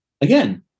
Again